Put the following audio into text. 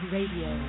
Radio